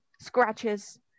scratches